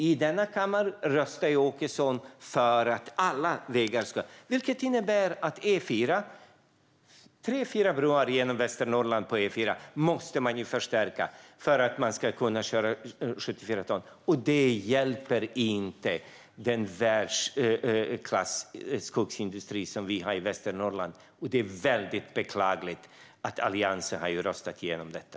I denna kammare röstar Åkesson dock för att alla vägar ska ha BK4. Det innebär att tre fyra broar på E4:an i Västernorrland måste förstärkas, för att man ska kunna köra på dem med 74 ton. Det hjälper inte den skogsindustri av världsklass som vi har i Västernorrland. Det är beklagligt att Alliansen har röstat igenom detta.